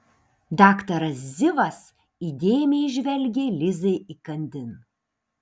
daktaras zivas įdėmiai žvelgė lizai įkandin